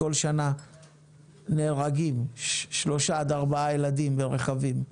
בכל שנה נהרגים שלושה עד ארבעה ילדים ברכבים.